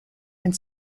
and